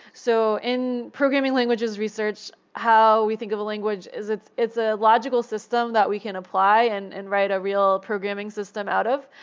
so in programming languages research, how we think of a language, it's it's a logical system that we can apply and and write a real programming system out of.